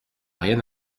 rien